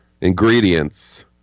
Ingredients